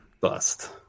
bust